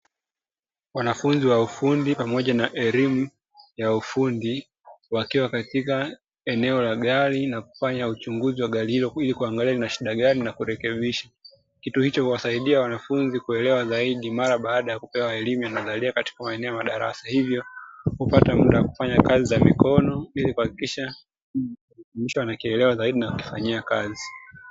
Wanafunzi wa ufundi pamoja na elimu ya ufundi wakiwa katika eneo la gari na kufanya uchunguzi wa gari hilo, ili kuangalia lina shida gani na kurekebisha kitu hicho kuwasaidia wanafunzi kuelewa zaidi mara baada ya kupewa elimu ya nadharia, katika maeneo madarasa hivyo kupata muda wa kufanya kazi za mikono ili kuhakikisha mwisho anakielewa vizuri na kukifanyia kazi.